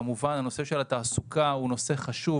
כמובן שהנושא של התעסוקה הוא נושא חשוב.